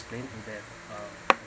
staying in their um